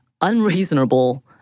unreasonable